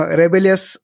rebellious